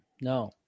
No